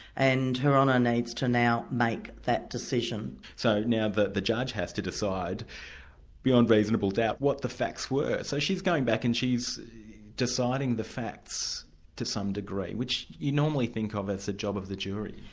and her honour needs to now make that decision. so now the the judge has to decide beyond reasonable doubt what the facts were. so she's going back and she's deciding the facts to some degree, which you normally think of as a job of the jury.